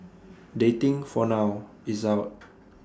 dating for now is out